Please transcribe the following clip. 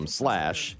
slash